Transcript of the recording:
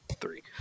three